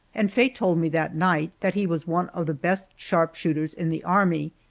and faye told me that night that he was one of the best sharpshooters in the army,